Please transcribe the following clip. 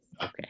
Okay